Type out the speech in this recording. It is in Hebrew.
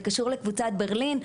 זה קשור לקבוצת ברלין,